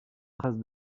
trace